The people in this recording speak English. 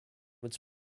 its